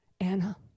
Anna